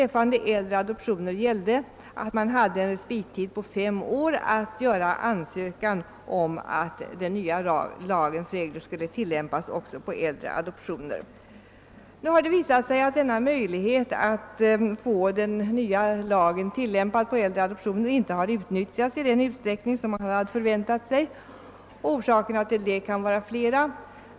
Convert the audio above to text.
För äldre adoption gällde en respittid på fem år för ansökan om att den nya lagens regler skulle tillämpas. Nu har det visat sig att denna möjlighet att få den nya lagen tillämpad på äldre adoption inte har utnyttjats i den utsträckning som man hade väntat sig. Orsakerna kan vara flera.